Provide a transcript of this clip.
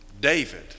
David